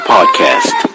Podcast